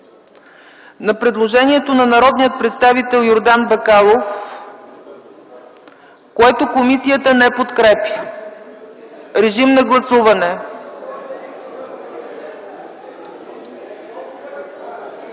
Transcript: на предложението на народния представител Йордан Бакалов, което комисията не подкрепя. Гласували